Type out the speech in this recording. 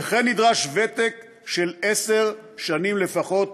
וכן נדרש ותק של עשר שנים לפחות